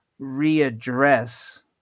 readdress